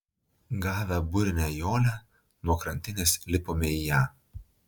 gavę burinę jolę nuo krantinės lipome į ją